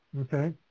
okay